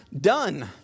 done